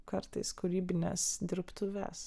kartais kūrybines dirbtuves